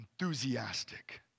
enthusiastic